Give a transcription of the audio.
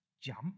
jump